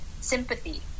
sympathy